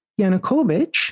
Yanukovych